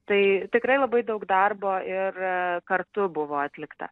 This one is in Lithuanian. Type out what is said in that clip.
tai tikrai labai daug darbo ir kartu buvo atlikta